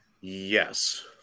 Yes